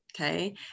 okay